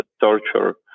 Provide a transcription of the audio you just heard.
torture